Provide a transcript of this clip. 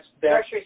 grocery